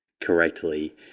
correctly